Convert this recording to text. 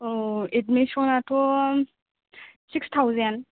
अह admission आथ six thousand